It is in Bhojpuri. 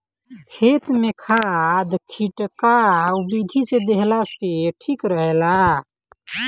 खेत में खाद खिटकाव विधि से देहला पे ठीक रहेला